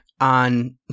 on